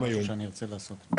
זה משהו שאני ארצה לעשות.